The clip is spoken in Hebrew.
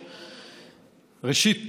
ראשית,